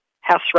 house